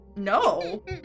No